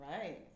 Right